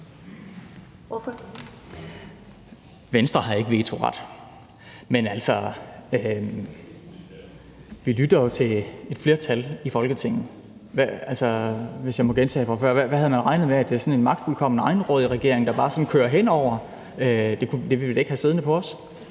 Venstre har ikke vetoret, men vi lytter til et flertal i Folketinget. Hvis jeg må gentage fra før: Hvad havde man regnet med? Havde man regnet med, at vi var sådan en magtfuldkommen egenrådig regering, der bare kører hen over det hele? Det vil vi da ikke have siddende på os.